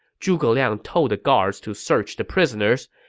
zhuge liang told the guards to search the prisoners,